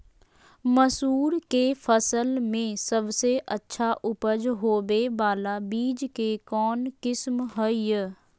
मसूर के फसल में सबसे अच्छा उपज होबे बाला बीज के कौन किस्म हय?